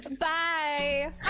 Bye